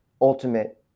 ultimate